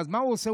אז מה הוא עושה?